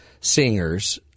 singers